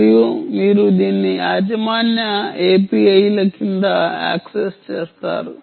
మరియు మీరు దీన్ని యాజమాన్య API ల ద్వారా యాక్సెస్ చేస్తారు